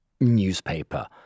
newspaper